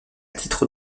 titre